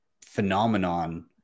phenomenon